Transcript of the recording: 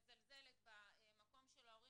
לא מזלזלת במקום של ההורים,